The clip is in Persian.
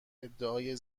ادعای